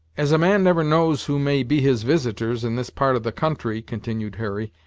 as a man never knows who may be his visitors, in this part of the country, continued hurry,